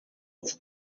iki